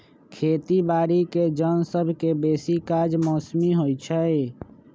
खेती बाड़ीके जन सभके बेशी काज मौसमी होइ छइ